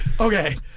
Okay